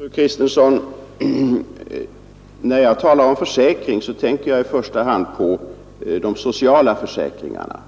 Herr talman! När jag, fru Kristensson, talar om försäkring tänker jag i första hand på de sociala försäkringarna.